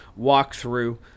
walkthrough